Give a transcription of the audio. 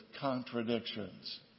contradictions